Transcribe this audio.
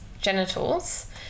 genitals